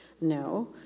no